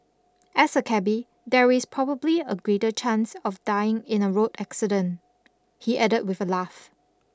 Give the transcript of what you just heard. as a cabby there is probably a greater chance of dying in a road accident he added with a laugh